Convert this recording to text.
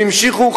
הם המשיכו,